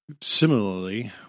Similarly